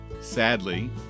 Sadly